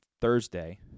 Thursday